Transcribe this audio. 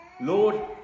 Lord